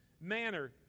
manner